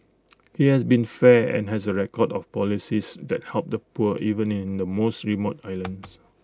he has been fair and has A record of policies that help the poor even in the most remote islands